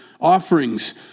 offerings